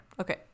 okay